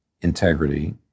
integrity